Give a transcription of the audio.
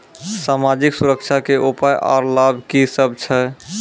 समाजिक सुरक्षा के उपाय आर लाभ की सभ छै?